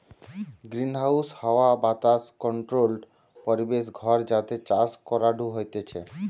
greenhouse হাওয়া বাতাস controlled পরিবেশ ঘর যাতে চাষ করাঢু হতিছে